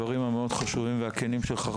על הדברים המאוד חשובים והכנים שלך.